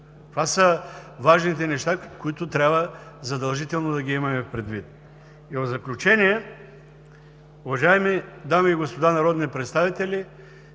Това са важните неща, които трябва задължително да ги имаме предвид. В заключение, уважаеми дами и господа народни представители,